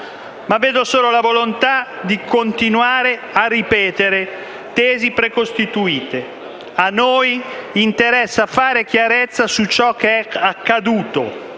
Vedo solo la volontà di continuare a ripetere tesi precostituite. A noi interessa fare chiarezza su ciò che è accaduto.